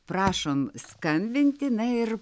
prašom skambinti na ir